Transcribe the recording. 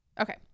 Okay